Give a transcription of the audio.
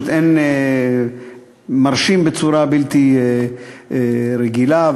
מרשים בצורה בלתי רגילה,